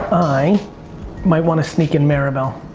i might wanna sneak in maribel.